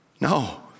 No